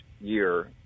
year